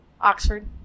Oxford